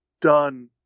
done